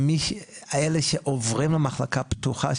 שאלה שעוברים למחלקה פתוחה,